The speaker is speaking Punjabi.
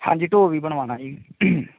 ਹਾਂਜੀ ਢੋਹ ਵੀ ਬਣਵਾਉਣਾ ਜੀ